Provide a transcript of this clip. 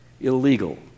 illegal